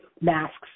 masks